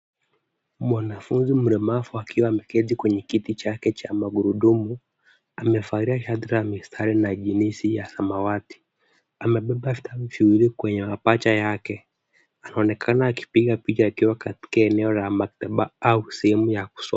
Mwanafunzi mlemavu akiwa ameketi kwenye kiti chake cha magurudumu, amevalia shati la mistari na jeans ya samawati. Amebeba vitabu viwili kwenye mapaja yake. Anaonekana akipiga picha akiwa katika eneo la maktaba au sehemu ya kusoma.